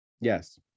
yes